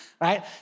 right